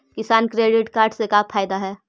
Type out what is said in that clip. किसान credit card से का फायदा है?